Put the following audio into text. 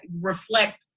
reflect